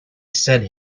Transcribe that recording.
said